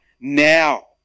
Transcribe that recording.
now